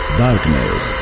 darkness